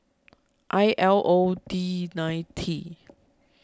I L O D nine T